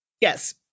yes